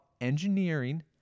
engineering